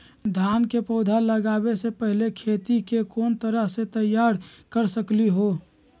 धान के पौधा लगाबे से पहिले खेत के कोन तरह से तैयार कर सकली ह?